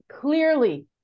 Clearly